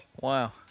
wow